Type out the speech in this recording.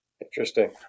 interesting